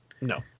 No